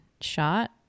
shot